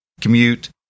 commute